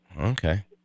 Okay